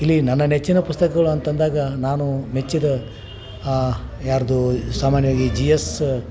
ಇಲ್ಲಿ ನನ್ನ ನೆಚ್ಚಿನ ಪುಸ್ತಕಗಳು ಅಂತಂದಾಗ ನಾನು ಮೆಚ್ಚಿದ ಯಾರದು ಸಾಮಾನ್ಯವಾಗಿ ಜಿ ಎಸ್